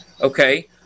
Okay